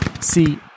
See